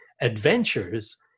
adventures